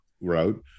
route